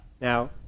Now